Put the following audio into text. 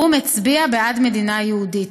האו"ם הצביע בעד מדינה יהודית.